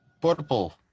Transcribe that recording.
Portable